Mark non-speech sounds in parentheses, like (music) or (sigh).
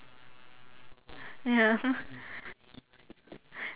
ya (laughs)